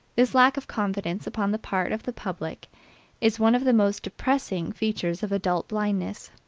this lack of confidence upon the part of the public is one of the most depressing features of adult blindness.